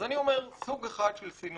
אז אני אומר, סוג אחד של סינון